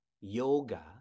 yoga